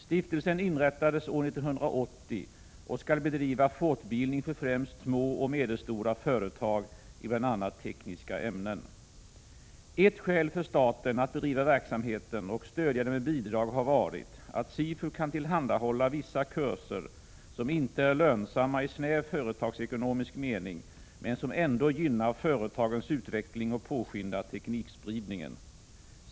Stiftelsen inrättades år 1980 och skall bedriva fortbildning för främst små och medelstora företag i bl.a. tekniska ämnen. Ett skäl för staten att bedriva verksamheten och stödja den med bidrag har varit att SIFU kan tillhandahålla vissa kurser som inte är lönsamma i snäv företagsekonomisk mening men som ändå gynnar företagens utveckling och påskyndar teknikspridningen.